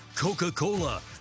Coca-Cola